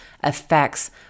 affects